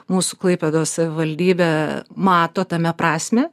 mūsų klaipėdos savivaldybė mato tame prasmę